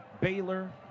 baylor